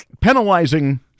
penalizing